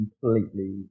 completely